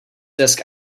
desk